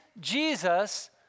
Jesus